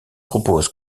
proposent